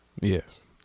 Yes